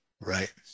Right